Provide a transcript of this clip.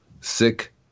sick